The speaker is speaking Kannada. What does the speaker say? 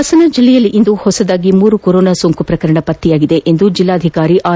ಹಾಸನ ಜಿಲ್ಲೆಯಲ್ಲಿ ಇಂದು ಹೊಸದಾಗಿ ಮೂರು ಕೊರೋನಾ ಸೋಂಕು ಪ್ರಕರಣ ಪತ್ತೆಯಾಗಿದೆ ಎಂದು ಜಿಲ್ಲಾಧಿಕಾರಿ ಆರ್